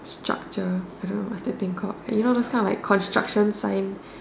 structure I don't know what's that thing called you know those kind of like construction sign